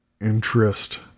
interest